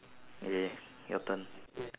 okay your turn